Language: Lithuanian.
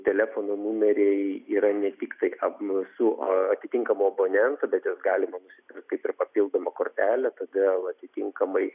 telefono numeriai yra ne tiktai ap su atitinkamu abonentu bet ir galima nusipirkti kaip ir papildomą kortelę todėl atitinkamai